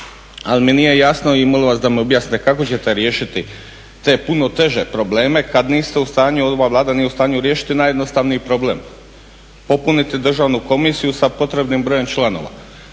Ali mi nije jasno i molim vas da mi objasnite kako ćete riješiti puno teže probleme kada niste u stanju ova Vlada nije u stanju riješiti najjednostavniji problem, popuniti državnu komisiju sa potrebnim brojem članova.